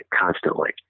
constantly